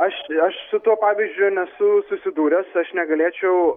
aš aš su tuo pavyzdžiu nesu susidūręs aš negalėčiau